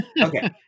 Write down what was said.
Okay